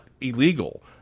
illegal